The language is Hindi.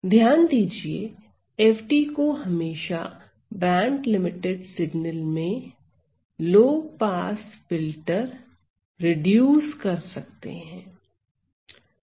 ध्यान दीजिए f को हमेशा बैंडलिमिटेड सिगनल में लो पास फिल्टर रिड्यूस कर सकते हैं